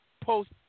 post